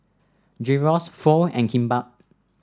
Gyros Pho and Kimbap